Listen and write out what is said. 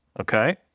Okay